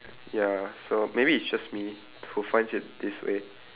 ya so maybe it's just me who finds it this way